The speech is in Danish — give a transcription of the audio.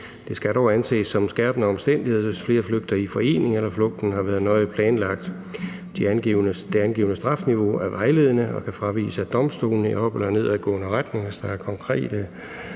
Det skal dog anses som en skærpende omstændighed, hvis flere flygter i forening eller flugten har været nøje planlagt. Det angivne strafniveau er vejledende og kan fraviges af domstolene i opad- eller nedadgående retning, hvis der er konkrete